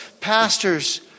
pastors